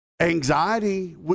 anxiety